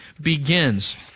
begins